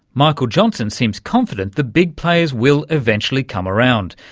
michael johnson seems confident the big players will eventually come around,